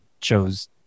chose